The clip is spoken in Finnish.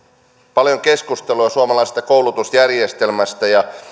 paljon keskustelua suomalaisesta koulutusjärjestelmästä ja